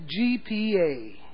GPA